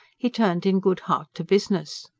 he turned in good heart to business.